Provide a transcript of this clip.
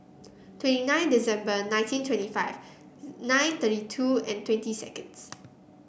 twenty nine December nineteen twenty five nine thirty two and twenty seconds